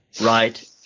right